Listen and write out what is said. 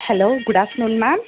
hello good afternoon ma'am